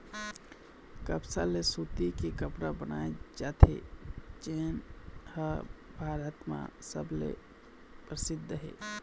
कपसा ले सूती के कपड़ा बनाए जाथे जेन ह भारत म सबले परसिद्ध हे